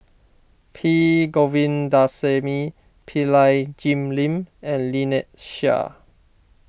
P Govindasamy Pillai Jim Lim and Lynnette Seah